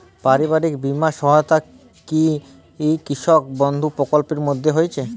পারিবারিক বীমা সহায়তা কি কৃষক বন্ধু প্রকল্পের মধ্যে রয়েছে?